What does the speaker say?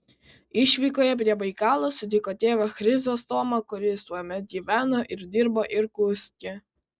išvykoje prie baikalo sutiko tėvą chrizostomą kuris tuomet gyveno ir dirbo irkutske